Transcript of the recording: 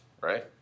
right